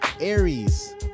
aries